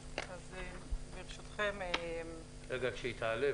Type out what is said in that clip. אני המשנה של דוד במשרד הכלכלה והתעשייה.